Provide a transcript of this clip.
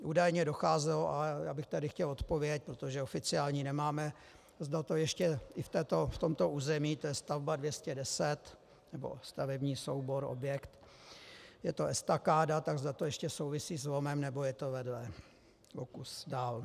Údajně docházelo a já bych tady chtěl odpověď, protože oficiální nemáme, zda to ještě i v tomto území, to je stavba 210, nebo stavební soubor, objekt, je to estakáda, zda to ještě souvisí s lomem, nebo je to vedle o kus dál.